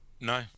no